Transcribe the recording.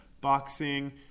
boxing